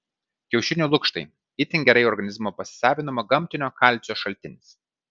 kiaušinių lukštai itin gerai organizmo pasisavinamo gamtinio kalcio šaltinis